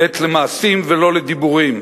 זוהי עת למעשים ולא לדיבורים.